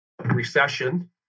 recession